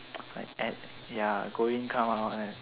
like add ya go in come out right